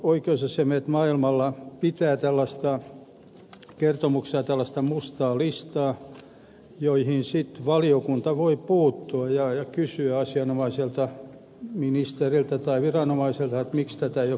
muutamat oikeusasiamiehet maailmalla pitävät kertomuksissa tällaista mustaa listaa jonka tapauksiin sitten valiokunta voi puuttua ja kysyä asianomaiselta ministeriltä tai viranomaiselta miksi tätä ei ole korjattu